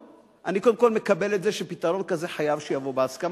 אני קודם כול מקבל את זה שפתרון כזה חייב שיבוא בהסכמה,